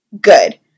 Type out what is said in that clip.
good